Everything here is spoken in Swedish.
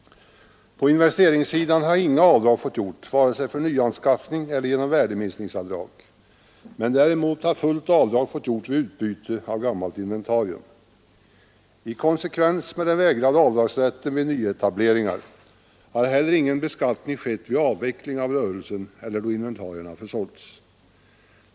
På investeringssidan har inga avdrag fått göras, vare sig för nyanskaffning eller i form av värdeminskningsavdrag. Däremot har fullt avdrag fått göras vid utbyte av gammalt inventarium. I konsekvens med den vägrade avdragsrätten vid nyetableringar har heller ingen beskattning skett vid avveckling av rörelsen eller då inventarierna försålts.